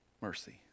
mercy